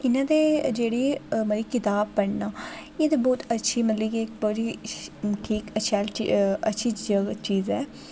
इ'यां ते जेह्ड़ी मतलब किताब पढ़ना एह् ते बहोत अच्छी मतलब कि बड़ी ठीक शैल चीज़ अच्छी चीज़ ऐ